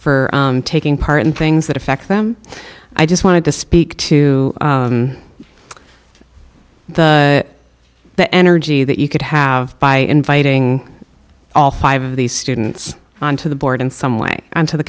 for taking part in things that affect them i just wanted to speak to you the energy that you could have by inviting all five of these students on to the board in some way to the